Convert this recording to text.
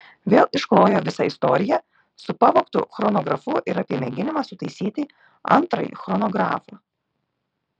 vėl išklojo visą istoriją su pavogtu chronografu ir apie mėginimą sutaisyti antrąjį chronografą